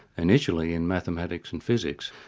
initially in mathematics and physics,